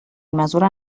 mesura